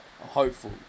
Hopeful